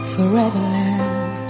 Foreverland